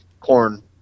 corn